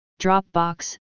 Dropbox